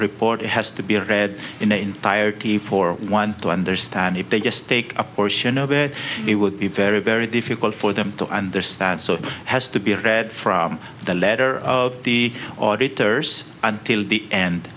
report has to be read in the entirety for one to understand if they just take a portion of it it would be very very difficult for them to understand so it has to be read from the letter of the auditor's until the end